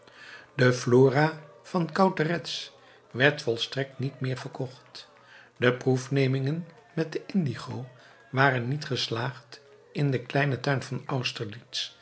de flora van cauteretz werd volstrekt niet meer verkocht de proefnemingen met de indigo waren niet geslaagd in den kleinen tuin van